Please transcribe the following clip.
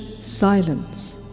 silence